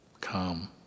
calm